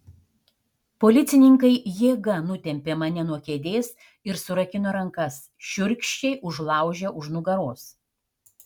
policininkai jėga nutempė mane nuo kėdės ir surakino rankas šiurkščiai užlaužę už nugaros